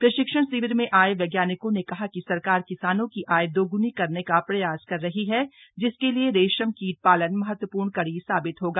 प्रशिक्षण शिविर में आये वैज्ञानिकों ने कहा कि सरकार किसानों की आय दोग्नी करने का प्रयास कर रही है जिसके लिए रेशम कीट पालन महत्वपूर्ण कड़ी साबित होगी